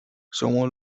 somos